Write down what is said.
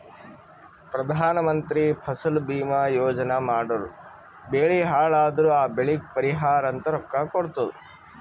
ಪ್ರಧಾನ ಮಂತ್ರಿ ಫಸಲ ಭೀಮಾ ಯೋಜನಾ ಮಾಡುರ್ ಬೆಳಿ ಹಾಳ್ ಅದುರ್ ಆ ಬೆಳಿಗ್ ಪರಿಹಾರ ಅಂತ ರೊಕ್ಕಾ ಕೊಡ್ತುದ್